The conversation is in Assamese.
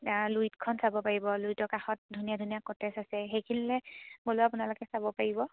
লুইটখন চাব পাৰিব লুইটৰ কাষত ধুনীয়া ধুনীয়া কটেজ আছে সেইখিনিলৈ গ'লেও আপোনালোকে চাব পাৰিব